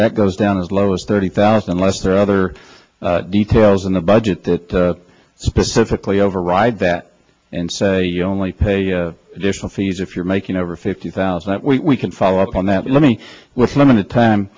that goes down as low as thirty thousand unless there are other details in the budget that specifically override that and say you only pay additional fees if you're making over fifty thousand we can follow up on that let me with limited time